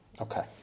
Okay